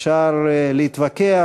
אפשר להתווכח,